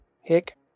Hick